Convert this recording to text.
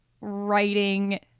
writing